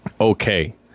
okay